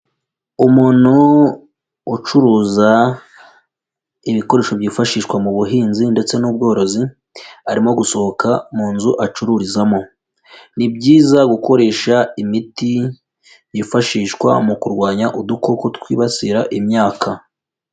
Umuntu ucuruza ibikoresho byifashishwa mu buhinzi ndetse n'ubworozi arimo gusohoka mu nzu acururizamo, ni byiza gukoresha imiti yifashishwa mu kurwanya udukoko twibasira imyaka.